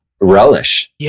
relish